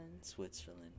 Switzerland